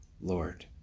Lord